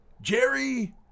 Jerry